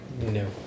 No